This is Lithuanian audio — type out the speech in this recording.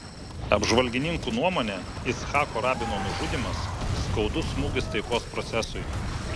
apžvalgininkų nuomone icchako rabino nužudymas skaudus smūgis taikos procesui